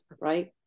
right